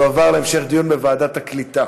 יועבר להמשך דיון בוועדת הקליטה.